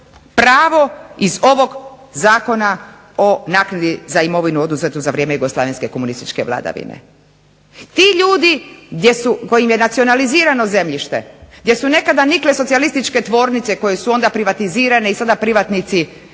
pravo iz ovog Zakona o naknadi za imovinu oduzetu za vrijeme Jugoslavenske komunističke vladavine. Ti ljudi gdje kojim je nacionalizirano zemljište, gdje su nekada nikle socijalističke tvornice koje su onda privatizirane i sada privatnici